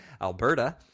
Alberta